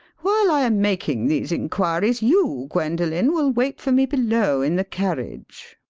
while i am making these inquiries, you, gwendolen, will wait for me below in the carriage.